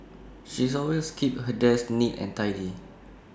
she's always keeps her desk neat and tidy